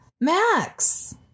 max